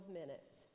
minutes